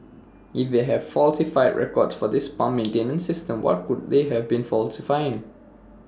if they have falsified records for this pump maintenance system what could they have been falsifying